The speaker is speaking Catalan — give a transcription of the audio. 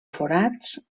forats